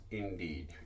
indeed